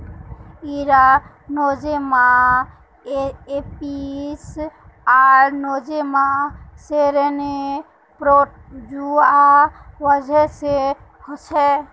इरा Nosema apis आर Nosema ceranae protozoa वजह से होछे